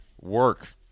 work